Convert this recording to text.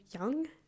young